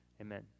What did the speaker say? Amen